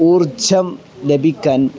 ഊർജ്ജം ലഭിക്കാൻ